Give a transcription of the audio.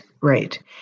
right